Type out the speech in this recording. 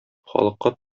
халыкка